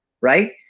right